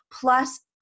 plus